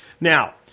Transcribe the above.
now